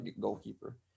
goalkeeper